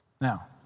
now